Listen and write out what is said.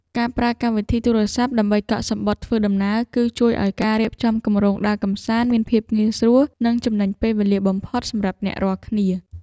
ការប្រើកម្មវិធីទូរសព្ទដើម្បីកក់សំបុត្រធ្វើដំណើរ គឺជួយឱ្យការរៀបចំគម្រោងដើរកម្សាន្តមានភាពងាយស្រួល និងចំណេញពេលវេលាបំផុតសម្រាប់អ្នករាល់គ្នា។